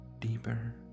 deeper